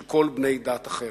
של בני כל דת אחרת.